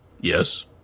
Yes